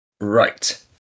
Right